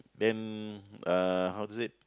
then uh how to say